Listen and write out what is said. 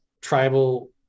tribal